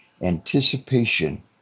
anticipation